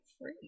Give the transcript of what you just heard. Free